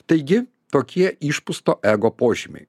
taigi tokie išpūsto ego požymiai